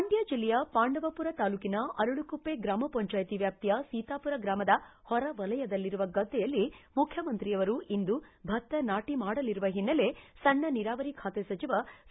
ಮಂಡ್ಕ ಜಿಲ್ಲೆಯ ಪಾಂಡವಮರ ತಾಲ್ಲೂಕಿನ ಅರಳುಕುಪ್ಪೆ ಗ್ರಾಮ ಪಂಜಾಯಿತಿ ವ್ಯಾಪ್ತಿಯ ಸೀತಾಮರ ಗ್ರಾಮದ ಹೊರವಲಯದಲ್ಲಿರುವ ಗದ್ದೆಯಲ್ಲಿ ಮುಖ್ಯಮಂತ್ರಿಯವರು ಇಂದು ಭತ್ತ ನಾಟಿ ಮಾಡಲಿರುವ ಹಿನ್ನೆಲೆ ಸಣ್ಣ ನೀರಾವರಿ ಖಾತೆ ಸಚಿವ ಸಿ